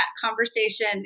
conversation